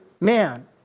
man